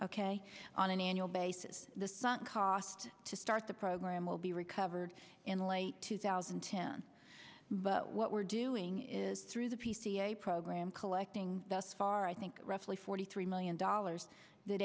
ok on an annual basis the sunk cost to start the program will be recovered in late two thousand and ten but what we're doing is through the p c a program collecting thus far i think roughly forty three million dollars that